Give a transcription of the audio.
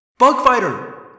Bugfighter